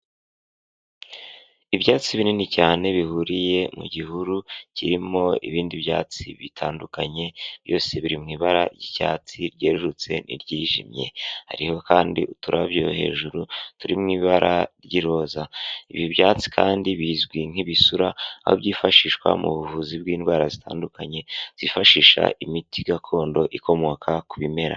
Ibyatsi binini cyane bihuriye mu gihuru kirimo ibindi byatsi bitandukanye, byose biri mu ibara ry'icyatsi ryerurutse n'iryijimye, hariho kandi uturabyo hejuru turi mu ibara ry'iroza. Ibi byatsi kandi bizwi nk'ibisura, aho byifashishwa mu buvuzi bw'indwara zitandukanye, zifashisha imiti gakondo ikomoka ku bimera.